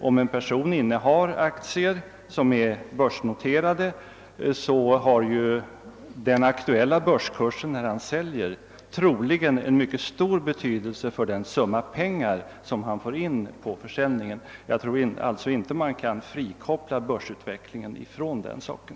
Om en person innehar aktier som är börsnoterade har den aktuella kursen vid försäljningen avgörande betydelse för den summa pengar som han får in på försäljningen. Jag tror alltså icke att man kan frikoppla börsutvecklingen från den saken.